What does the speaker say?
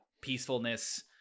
peacefulness